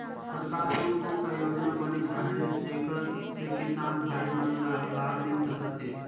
सरकार कोन कोन सा योजना बनिस आहाय जेकर से किसान भाई मन ला लाभ मिल सकथ हे?